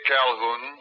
Calhoun